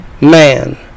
man